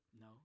no